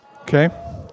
Okay